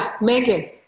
Megan